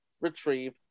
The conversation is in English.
retrieve